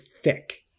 thick